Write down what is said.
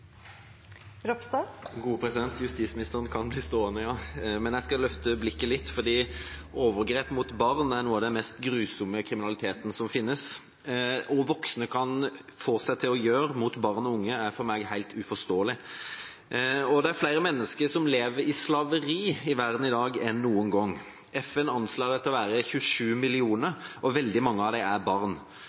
Justisministeren kan bli stående, ja – men jeg skal løfte blikket litt, for overgrep mot barn er noe av den mest grusomme kriminaliteten som finnes. Hva voksne kan få seg til å gjøre mot barn og unge, er for meg helt uforståelig. Det er flere mennesker som lever i slaveri i verden i dag enn noen gang. FN anslår det til å være 27 millioner, og veldig mange av dem er barn